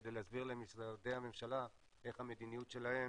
כדי להסביר למשרדי הממשלה איך המדיניות שלהם